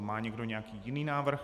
Má někdo nějaký jiný návrh?